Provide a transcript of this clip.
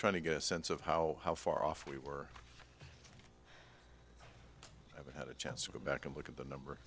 trying to get a sense of how how far off we were never had a chance to go back and look at the number